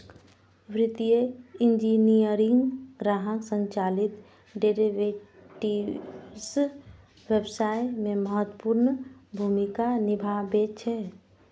वित्तीय इंजीनियरिंग ग्राहक संचालित डेरेवेटिव्स व्यवसाय मे महत्वपूर्ण भूमिका निभाबै छै